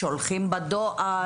האם שולחים בדואר?